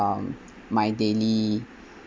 um my daily